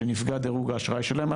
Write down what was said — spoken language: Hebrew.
שנפגע דירוג האשראי שלהם,